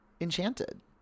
Enchanted